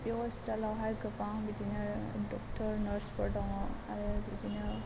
बे हस्पिटालावहाय गोबां बिदिनो डक्ट'र नार्सफोर दङ आरो बिदिनो